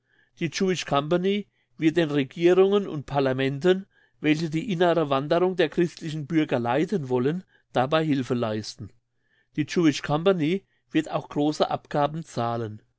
die jewish company wird den regierungen und parlamenten welche die innere wanderung der christlichen bürger leiten wollen dabei hilfe leisten die jewish company wird auch grosse abgaben zahlen